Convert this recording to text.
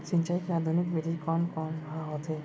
सिंचाई के आधुनिक विधि कोन कोन ह होथे?